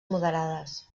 moderades